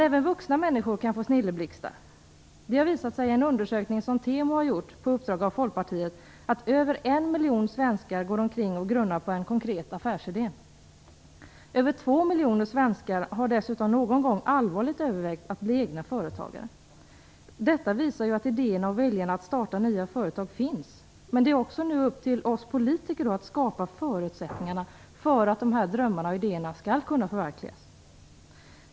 Även vuxna människor kan få snilleblixtar. Det har i en undersökning som TEMO har gjort på uppdrag av Folkpartiet visat sig att över en miljon svenskar går omkring och grunnar på en konkret affärsidé. Över två miljoner svenskar har dessutom någon gång allvarligt övervägt att bli egna företagare. Detta visar att idéerna och viljan att starta nya företag finns. Det är upp till oss politiker att skapa förutsättningarna för att dessa drömmar och idéer skall kunna förverkligas.